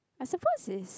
I suppose is